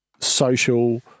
social